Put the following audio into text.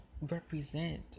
represent